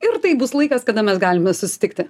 ir tai bus laikas kada mes galime susitikti